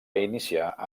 iniciar